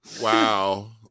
Wow